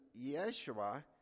Yeshua